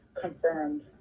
confirmed